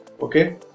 okay